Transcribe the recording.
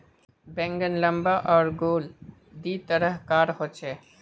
बैंगन लम्बा आर गोल दी तरह कार होचे